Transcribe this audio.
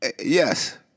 Yes